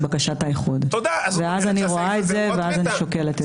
בקשת האיחוד ואז אני רואה את זה ושוקלת את זה.